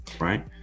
Right